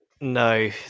no